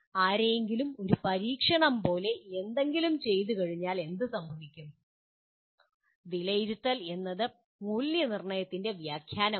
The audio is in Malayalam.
ആരെങ്കിലും ഒരു പരീക്ഷണം പോലെ എന്തെങ്കിലും ചെയ്തുകഴിഞ്ഞാൽ എന്ത് സംഭവിക്കും വിലയിരുത്തൽ എന്നത് മൂല്യനിർണ്ണയത്തിൻ്റെ വ്യാഖ്യാനമാണ്